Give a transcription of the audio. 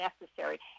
necessary